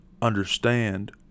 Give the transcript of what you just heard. understand